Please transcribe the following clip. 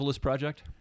Project